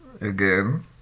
Again